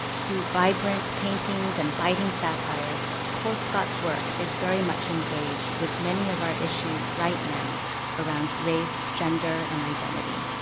through vibrant paintings and biting satire colescott's work is very much engaged with many of our issues right now around race, gender and identity.